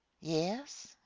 yes